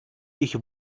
ich